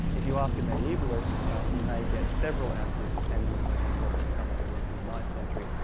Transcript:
if you ask a medievalist you may get several answers depending on whether you're talking to someone who works in the ninth century,